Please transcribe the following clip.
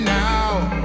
now